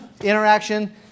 interaction